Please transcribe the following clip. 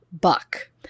Buck